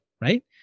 right